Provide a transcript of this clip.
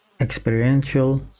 experiential